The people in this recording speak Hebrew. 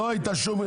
הייתה.